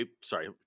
sorry